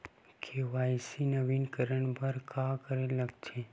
KYC नवीनीकरण बर का का लगथे?